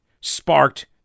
sparked